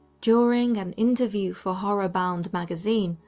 during an interview for horror bound magazine,